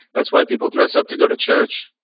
that's why people dress up to go to church,